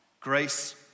grace